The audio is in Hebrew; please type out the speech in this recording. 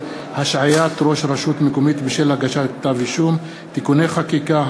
(השעיית ראש רשות מקומית בשל הגשת כתב-אישום) (תיקוני חקיקה),